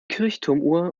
kirchturmuhr